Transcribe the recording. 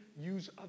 use